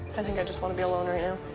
i think i just want to be alone right now.